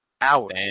Hours